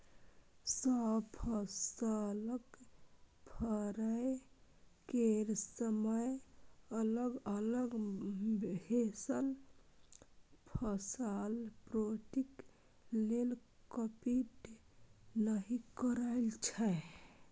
सब फसलक फरय केर समय अलग अलग भेलासँ फसल पौष्टिक लेल कंपीट नहि करय छै